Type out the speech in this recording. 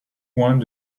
points